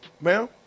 Ma'am